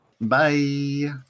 Bye